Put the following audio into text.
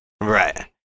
Right